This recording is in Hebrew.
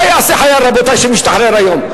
מה יעשה חייל, רבותי, שמשתחרר היום?